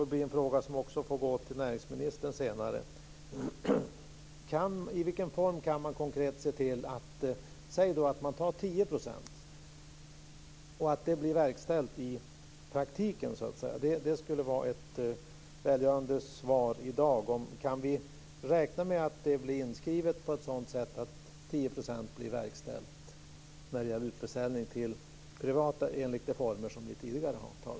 Det är en fråga som också får gå till näringsministern. Säg att en försäljning av 10 % av arealen ska verkställas. Det skulle vara välgörande att i dag få svar på hur det konkret ska gå till. Kan vi räkna med att man skriver på ett sådant sätt att en försäljning av